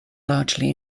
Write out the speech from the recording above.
largely